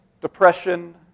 depression